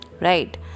Right